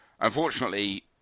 Unfortunately